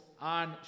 on